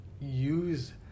use